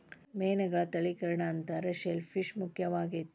ಮೇನುಗಳ ತಳಿಕರಣಾ ಅಂತಾರ ಶೆಲ್ ಪಿಶ್ ಮುಖ್ಯವಾಗೆತಿ